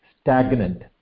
stagnant